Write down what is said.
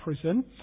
prison